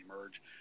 emerge